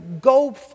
go